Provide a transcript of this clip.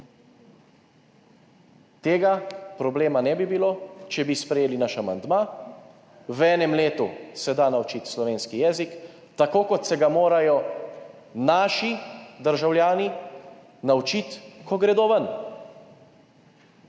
Tega problema ne bi bilo, če bi sprejeli naš amandma. V enem letu se da naučiti slovenski jezik, tako kot se ga morajo naši državljani naučiti, ko gredo ven.